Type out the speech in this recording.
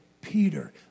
Peter